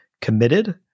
committed